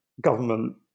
government